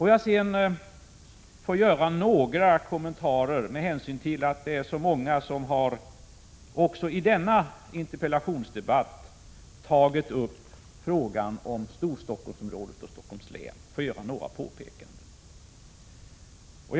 Låt mig sedan göra några kommentarer med hänsyn till att det är många som också i denna interpellationsdebatt har tagit upp frågan om Storstockholmsområdet och Stockholms län.